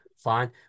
fine